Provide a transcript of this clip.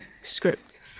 script